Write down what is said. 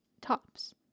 Tops